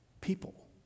people